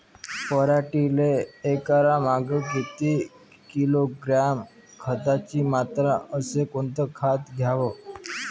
पराटीले एकरामागं किती किलोग्रॅम खताची मात्रा अस कोतं खात द्याव?